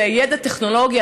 זה ידע טכנולוגי,